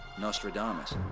Nostradamus